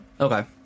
okay